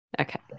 Okay